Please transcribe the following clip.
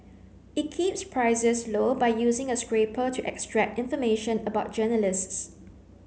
it keeps prices low by using a scraper to extract information about journalists